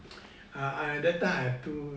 I I that time I two